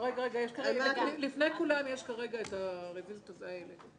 לפני כולם יש כרגע הרביזיות האלה.